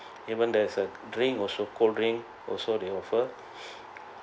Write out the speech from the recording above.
even there's a drink also cold drink also they offer